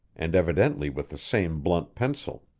and evidently with the same blunt pencil.